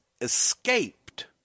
escaped